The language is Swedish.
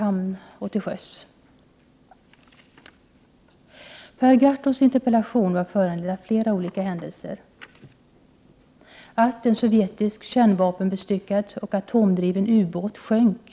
1988/89:123 olyckor i hamn och till sjöss.